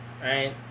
Right